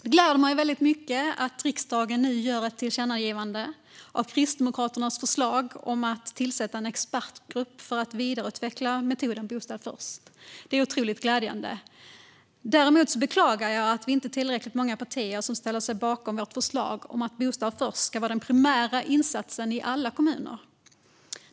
Det gläder mig väldigt mycket att riksdagen nu gör ett tillkännagivande av Kristdemokraternas förslag om att tillsätta en expertgrupp för att vidareutveckla metoden Bostad först. Det är otroligt glädjande. Jag beklagar däremot att inte tillräckligt många partier ställer sig bakom vårt förslag om att Bostad först ska vara den primära insatsen i alla kommuner.